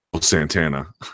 Santana